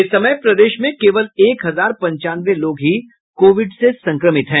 इस समय प्रदेश में केवल एक हजार पंचानवे लोग ही कोविड से संक्रमित हैं